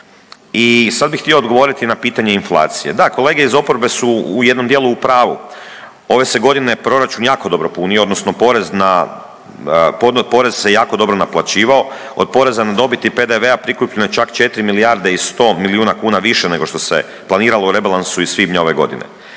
I sad bih htio odgovoriti na pitanje inflacije, da kolege iz oporbe su u jednom dijelu u pravu, ove se godine proračun jako punio odnosno porez se jako dobro naplaćivao. Od poreza na dobit PDV-a prikupljeno je čak 4 milijarde i 100 milijuna kuna više nego što se planiralo u rebalansu iz svibnja ove godine.